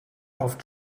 auf